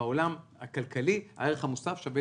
שבעולם הכלכלי, הערך המוסף שווה